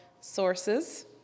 sources